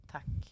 Tack